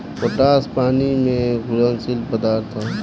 potash पानी में घुलनशील पदार्थ ह